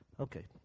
Okay